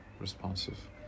responsive